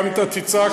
הוא שאל על מים,